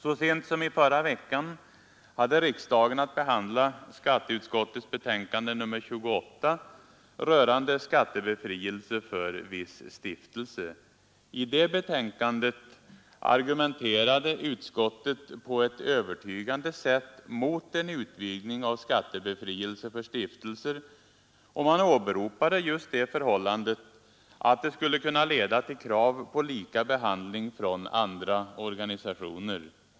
Så sent som i förra veckan hade riksdagen att behandla skatteutskottets betänkande nr 28 rörande skattebefrielse för viss stiftelse. I det betänkandet argumenterade utskottet på ett övertygande sätt mot en utvidgning av skattebefrielse för stiftelser, och man åberopade just det förhållandet att det skulle kunna leda till krav på lika behandling från andra organisationer.